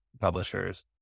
publishers